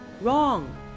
Wrong